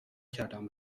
کردم